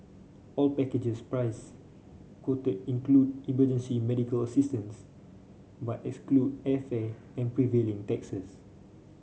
all packages price quoted include emergency medical assistance but exclude airfare and prevailing taxes